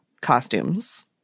costumes